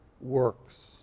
works